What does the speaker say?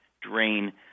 drain